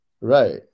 Right